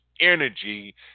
energy